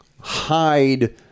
hide